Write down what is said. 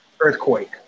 Earthquake